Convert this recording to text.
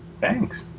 thanks